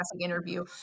interview